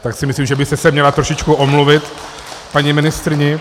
Tak si myslím, že byste se měla trošičku omluvit paní ministryni.